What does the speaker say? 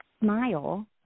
smile